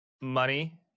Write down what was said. money